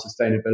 sustainability